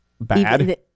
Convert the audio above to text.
Bad